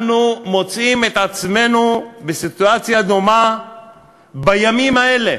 אנחנו מוצאים את עצמנו בסיטואציה דומה בימים האלה.